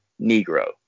negro